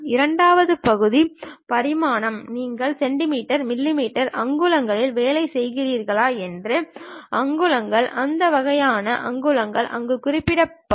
இரண்டாவது பகுதி பரிமாணம் நீங்கள் சென்டிமீட்டர் மில்லிமீட்டர் அங்குலங்களில் வேலை செய்கிறீர்களா என்று அலகுகள் அந்த வகையான அலகுகள் அங்கு குறிப்பிடப்படும்